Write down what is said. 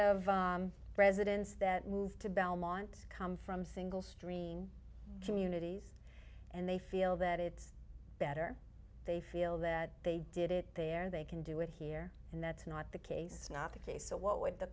of residents that moved to belmont come from single stream communities and they feel that it's better they feel that they did it there they can do it here and that's not the case not the case so what would the